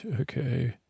okay